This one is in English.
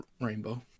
rainbow